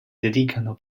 dedicano